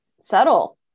subtle